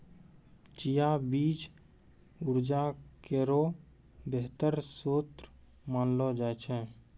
चिया बीज उर्जा केरो बेहतर श्रोत मानलो जाय छै